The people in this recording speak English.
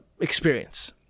experience